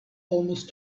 almost